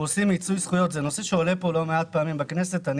נושא שעולה פה לא מעט בכנסת זה הנושא של מיצוי הזכויות,